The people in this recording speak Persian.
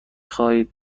خواهید